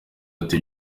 ati